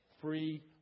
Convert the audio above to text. free